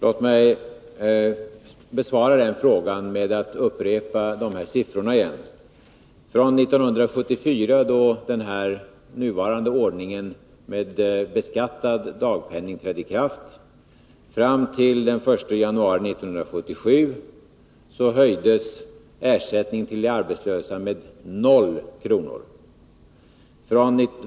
Låt mig besvara den frågan med att upprepa siffrorna: Från 1974, då den nuvarande ordningen med beskattad dagpenning trädde i kraft, fram till den 1 januari 1977 höjdes ersättningen till de arbetslösa med 0 kr.